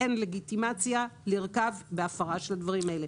אין לגיטימציה לרכב בהפרה של הדברים האלה.